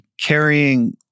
carrying